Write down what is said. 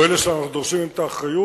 או אלה שאנחנו דורשים מהם את האחריות,